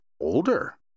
older